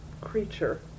creature